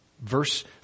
Verse